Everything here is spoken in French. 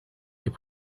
est